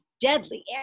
deadly